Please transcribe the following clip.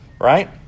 right